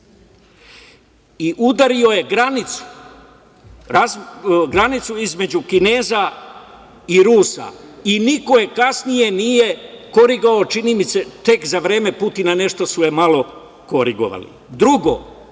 i udario je granicu između Kineza i Rusa i niko je kasnije nije korigovao, čini mi se, tek za vreme Putina nešto su je malo korigovali i